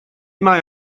mae